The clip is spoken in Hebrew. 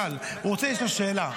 תשאל, הוא רוצה לשאול שאלה.